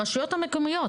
הרשויות המקומיות,